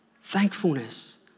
Thankfulness